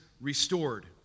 restored